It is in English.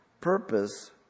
purpose